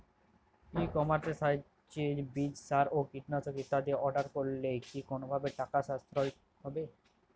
ই কমার্সের সাহায্যে বীজ সার ও কীটনাশক ইত্যাদি অর্ডার করলে কি কোনোভাবে টাকার সাশ্রয় হবে?